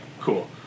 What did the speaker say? cool